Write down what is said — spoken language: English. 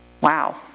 Wow